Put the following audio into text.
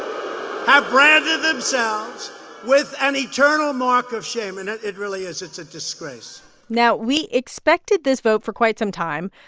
have branded themselves with an eternal mark of shame. and it really is. it's a disgrace now, we expected this vote for quite some time,